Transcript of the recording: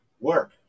Work